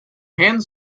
hands